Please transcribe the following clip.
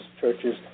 churches